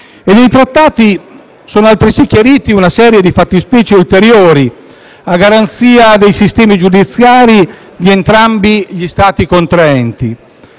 Nei Trattati sono altresì chiarite una serie di fattispecie ulteriori a garanzia dei sistemi giudiziari di entrambi gli Stati contraenti,